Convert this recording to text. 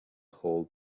whole